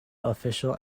official